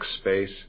space